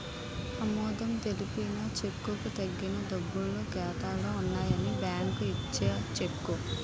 ఆమోదం తెలిపిన చెక్కుకు తగిన డబ్బులు ఖాతాలో ఉన్నాయని బ్యాంకు ఇచ్చే చెక్కు